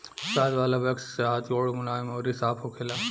शहद वाला वैक्स से हाथ गोड़ मुलायम अउरी साफ़ होखेला